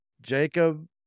Jacob